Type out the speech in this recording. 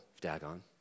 Dagon